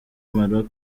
maroc